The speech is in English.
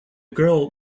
girl